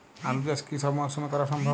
আলু চাষ কি সব মরশুমে করা সম্ভব?